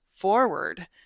forward